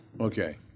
Okay